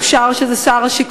אושר שזה "שר השיכון".